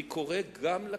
אני קורא גם לכנסת: